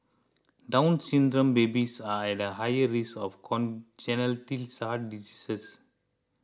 Down Syndrome babies are at higher risk of congenital heart diseases